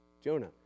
Jonah